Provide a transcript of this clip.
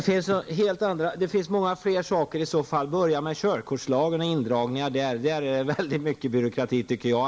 Fru talman! Det finns många fler lagar. Börja med körkortslagen och indragningar av körkort. Där är mycket byråkrati.